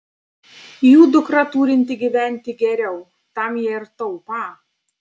jų dukra turinti gyventi geriau tam jie ir taupą